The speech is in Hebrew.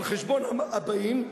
על חשבון הבאים,